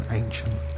ancient